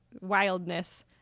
wildness